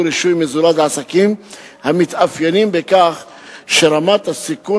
רישוי מזורז לעסקים המתאפיינים בכך שרמת הסיכון